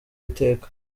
iteka